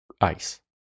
ice